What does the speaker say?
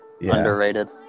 underrated